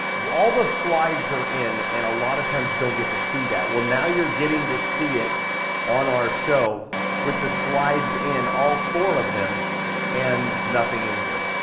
all the slides are in. and a lot of times you don't get to see that. well, now you're getting to see it on our show with the slides in, all four of them and nothing in here.